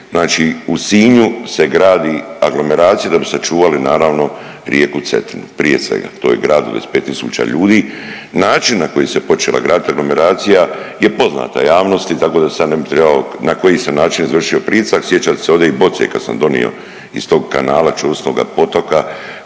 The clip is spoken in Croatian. znači u Sinju se gradi aglomeracija da bi sačuvali naravno rijeku Cetinu, prije svega, to je grad od 25 tisuća ljudi. Način na koji se počela gradit aglomeracija je poznata javnosti, tako da se ja ne mislim, evo na koji se način izvršio pritisak, sjećate se ovdje i boce kad sam donio iz tog kanala Ćosinoga potoka